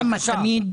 למה תמיד